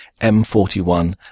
M41